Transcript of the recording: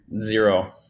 Zero